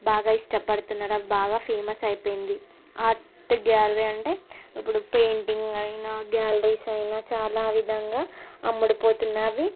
బాగా ఇష్టపడుతున్నారు బాగా ఫేమస్ అయిపోయింది ఆర్ట్ గ్యాలరీ అంటే ఇప్పుడు పెయింటింగ్ అయినా గ్యాలరీస్ అయినా చాలా విధంగా అమ్ముడుపోతున్నవి